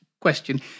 question